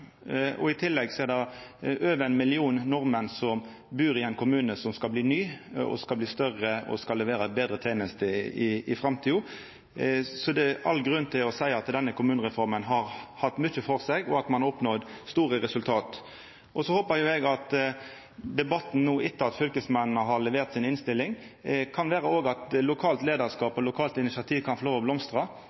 før. I tillegg er det over 1 million nordmenn som bur i ein kommune som skal bli ny, og som skal bli større og levera betre tenester i framtida. Så det er all grunn til å seia at denne kommunereforma har hatt mykje for seg, og at ein har oppnådd store resultat. Eg håpar at debatten no, etter at fylkesmennene har levert innstillinga si, òg kan vera om at lokalt leiarskap og lokalt initiativ kan få lov til å blomstra.